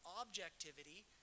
objectivity